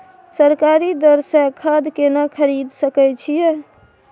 सरकारी दर से खाद केना खरीद सकै छिये?